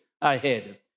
ahead